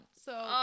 So-